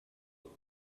朋友